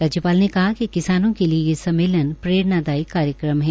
राज्यपाल ने कहा कि किसानों के लिए यह सम्मेलन प्ररेणादायी कार्यक्रम है